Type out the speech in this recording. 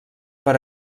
per